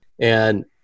And-